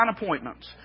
appointments